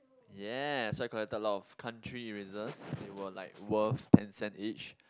yes so I collected a lot of country erasers they were like worth ten cents each